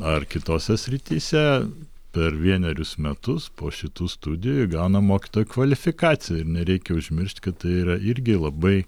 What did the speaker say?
ar kitose srityse per vienerius metus po šitų studijų įgauna mokytojo kvalifikaciją ir nereikia užmiršt kad tai yra irgi labai